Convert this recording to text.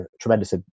tremendous